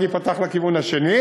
ועכשיו ייפתח לכיוון האחר.